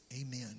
Amen